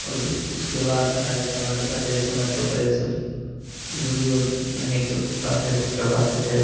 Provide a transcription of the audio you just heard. और जो उसके बाद रहा जैसे मान लो पहेले जैसे मैट्रो पे जैसे बुजुर्ग लोग नहीं चल पाते थे चढ़ पाते थे